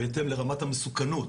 בהתאם לרמת המסוכנות,